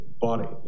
body